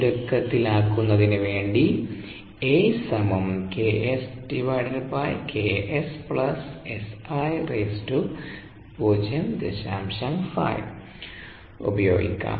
ചുരുക്കത്തിൽ ആക്കുന്നതിനു വേണ്ടി ഉപയോഗിക്കാം